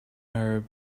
arab